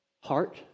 heart